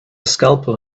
scalpel